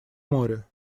море